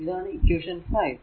ഇതാണ് ഇക്വേഷൻ 5 ആണ്